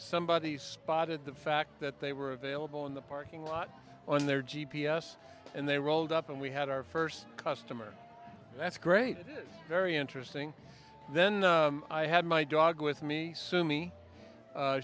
somebody spotted the fact that they were available in the parking lot on their g p s and they rolled up and we had our first customer that's great very interesting then i had my dog with me sue me